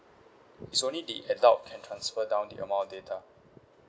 it's only the adult can transfer down the amount of data